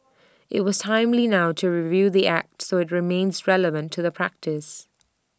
IT was timely now to review the act so IT remains relevant to the practice